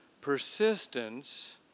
persistence